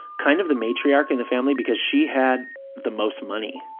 kind of the matriarch in the family because she had the most money,